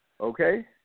Okay